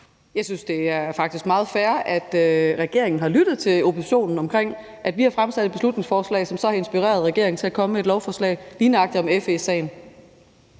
Jeg synes faktisk, det er meget fair, at regeringen har lyttet til oppositionen, i forhold til at vi har fremsat et beslutningsforslag, som så har inspireret regeringen til at komme med et lovforslag om lige nøjagtig FE-sagen.